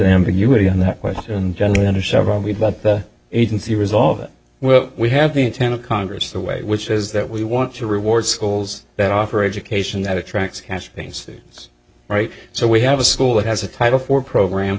ambiguity on that question generally under several feet but the agency resolve it well we have the intent of congress the way which is that we want to reward schools that offer education that attracts cash things that's right so we have a school that has a title for program